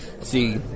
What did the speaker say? see